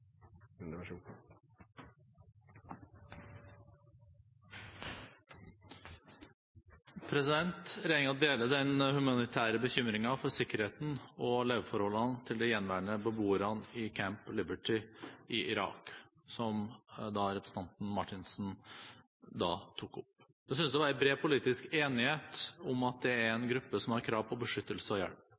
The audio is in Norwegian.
deler den humanitære bekymringen for sikkerheten og leveforholdene til de gjenværende beboerne i Camp Liberty i Irak, som representanten Marthinsen tok opp. Det synes å være bred politisk enighet om at det er en gruppe som har krav på beskyttelse og hjelp.